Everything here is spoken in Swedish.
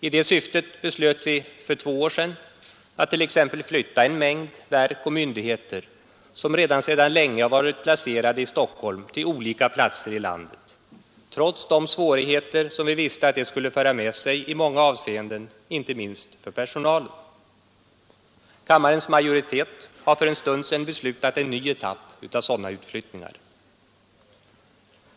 I det syftet beslöt vi för två år sedan att t.ex. flytta en mängd verk och myndigheter som sedan länge varit placerade i Stockholm till olika platser i landet — trots de svårigheter som vi visste att det skulle föra med sig i många avseenden, inte minst för personalen. Kammarens majoritet har för en stund sedan beslutat en ny etapp av sådana utflyttningar.